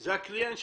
זה הקליינט שלכם.